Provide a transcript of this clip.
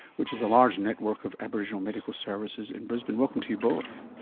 which is a large network of aboriginal medical services in brisbane. welcome to you both.